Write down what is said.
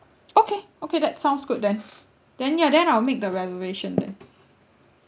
okay okay that sounds good then then ya then I'll make the reservation then